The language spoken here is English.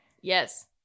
Yes